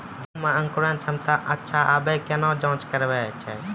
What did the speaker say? गेहूँ मे अंकुरन क्षमता अच्छा आबे केना जाँच करैय छै?